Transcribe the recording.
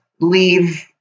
leave